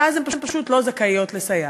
שאז הן פשוט לא זכאיות לסייעת.